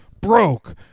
broke